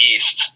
East